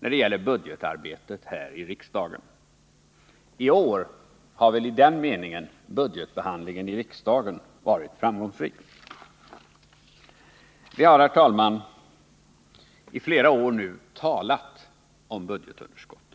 när det gäller budgetarbetet här i riksdagen. I år har väl i den meningen budgetbehandlingen i riksdagen varit framgångsrik. Vi har, herr talman, i flera år nu talat om budgetunderskottet.